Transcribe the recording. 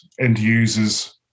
end-users